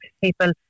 people